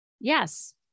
Yes